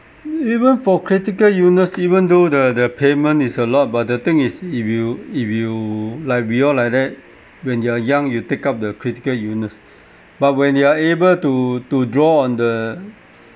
even for critical illness even though the the payment is a lot but the thing is if you if you like we all like that when you are young you take up the critical illness but when you are able to to draw on the